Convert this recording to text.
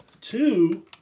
Two